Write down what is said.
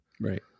Right